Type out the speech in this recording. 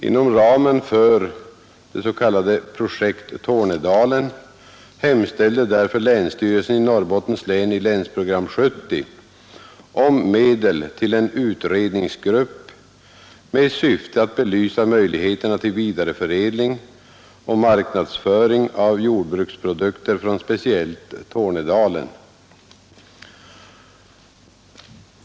Inom ramen för ”Projekt Tornedalen” hemställde därför länsstyrelsen i Norrbottens län i länsprogram 70 om medel till en utredningsgrupp med syfte att belysa möjligheterna till vidareförädling och marknadsföring av jordbruksprodukter från speciellt Tornedalen.